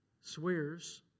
swears